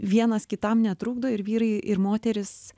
vienas kitam netrukdo ir vyrai ir moterys